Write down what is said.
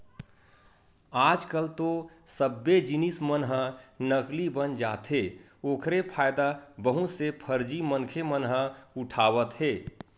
आज कल तो सब्बे जिनिस मन ह नकली बन जाथे ओखरे फायदा बहुत से फरजी मनखे मन ह उठावत हे